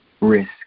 Risk